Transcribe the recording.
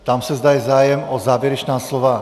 Ptám se, zda je zájem o závěrečná slova.